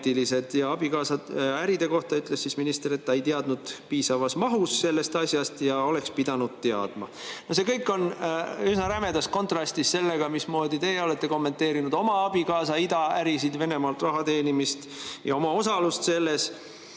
Abikaasa äride kohta ütles minister, et ta ei teadnud piisavas mahus sellest asjast, aga oleks pidanud teadma. See kõik on üsna rämedas kontrastis sellega, mismoodi teie olete kommenteerinud oma abikaasa ida-ärisid, Venemaalt raha teenimist ja oma osalust selles.